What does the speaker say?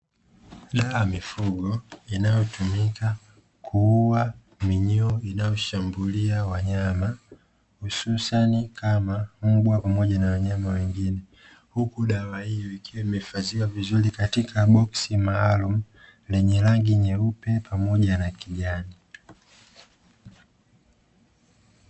Dawa ya mifugo inayotumika kuua minyoo inayoshambulia wanyama hususani kama mbwa pamoja na wanyama wengine, huku dawa hii ikiwa imehifadhiwa vizuri katika boksi maalum lenye rangi nyeupe pamoja na kijani.